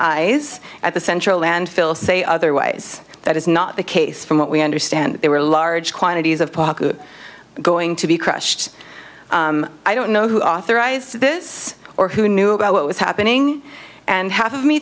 eyes at the central landfill say otherwise that is not the case from what we understand there were large quantities of pocket going to be crushed i don't know who authorized this or who knew about what was happening and half of me